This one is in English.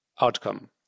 outcome